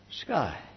sky